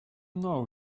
know